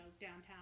downtown